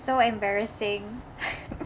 so embarrassing